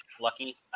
lucky